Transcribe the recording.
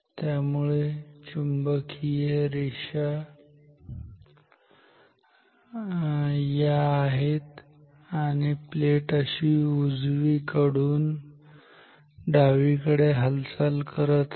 त्यामुळे या चुंबकीय रेषा आहेत प्लेट अशी उजवीकडून डावीकडे हालचाल करत आहे